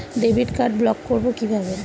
Debit card block করব কিভাবে?